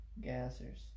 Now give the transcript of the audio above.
Gassers